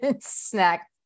snack